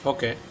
Okay